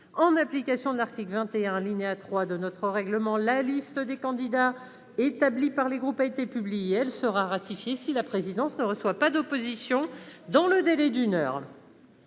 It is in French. En application de l'article 21, alinéa 3 de notre règlement, la liste des candidats établie par les groupes a été publiée. Elle sera ratifiée si la présidence ne reçoit pas d'opposition dans le délai d'une heure.